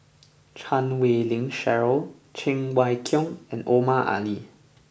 Chan Wei Ling Cheryl Cheng Wai Keung and Omar Ali